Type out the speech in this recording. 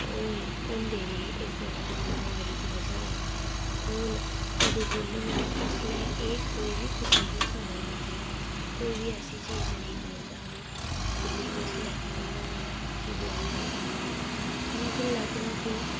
होए होंदे रेह् इस महामारी दी बजह कन्नै स्कूल कदूं खु'लङन उसलै एह् कोई बी कुसै गी खबर नेईं ऐ ही कोई बी ऐसी चीज नेईं बोलदा हा कि स्कूल कुसलै खु'लङन फ्ही दोआरै एह् कि'यां होग हालां कि लगभग